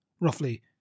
Roughly